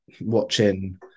watching